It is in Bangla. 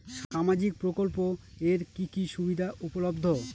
সামাজিক প্রকল্প এর কি কি সুবিধা উপলব্ধ?